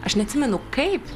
aš neatsimenu kaip